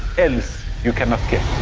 else you cannot kill?